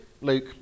Luke